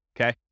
Okay